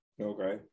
Okay